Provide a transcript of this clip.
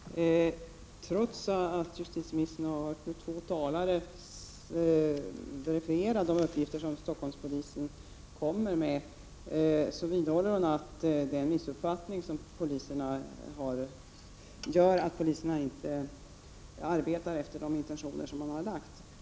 Fru talman! Trots att justitieministern nu har hört två talare verifiera de uppgifter som Stockholmspolisen kommer med vidhåller hon att det är en missuppfattning som gör att poliserna inte arbetar efter intentionerna.